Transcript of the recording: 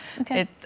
Okay